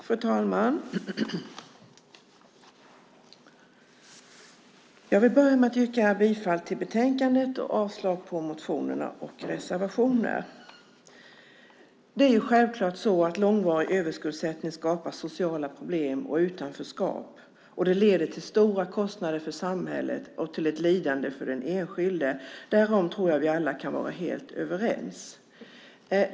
Fru talman! Jag vill börja med att yrka bifall till förslaget i betänkandet och avslag på motionerna och reservationerna. Självklart skapar långvarig överskuldsättning sociala problem och utanförskap. Det leder till stora kostnader för samhället och till ett lidande för den enskilde. Därom tror jag att vi alla kan vara helt överens.